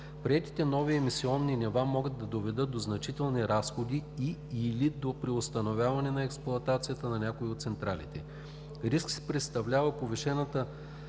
Приетите нови емисионни нива могат да доведат до значителни разходи и/или до преустановяване на експлоатацията на някои от централите. Риск представлява повишената